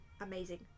amazing